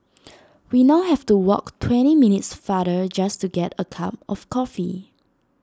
we now have to walk twenty minutes farther just to get A cup of coffee